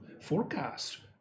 forecast